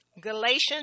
Galatians